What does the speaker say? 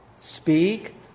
speak